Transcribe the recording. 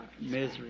Misery